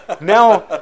now